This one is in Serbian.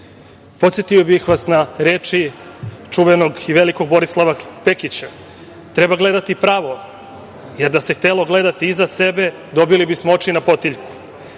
Podsetio bih vas na reči čuvenog i velikog Borislava Pekića - treba gledati pravo, jer da se htelo gledati iza sebe, dobili bismo oči na potiljku,